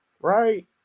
right